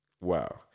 Wow